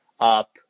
up